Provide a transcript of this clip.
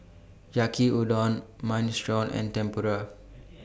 Yaki Udon Minestrone and Tempura